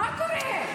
מה קורה?